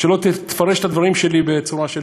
כדי שלא תפרש את הדברים שלי בצורה אחרת.